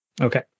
okay